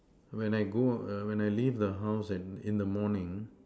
when I go err when I leave the house and in the morning